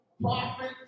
profit